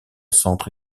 centre